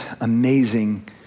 amazing